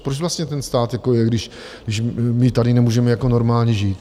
Proč vlastně ten stát je, když my tady nemůžeme jako normálně žít.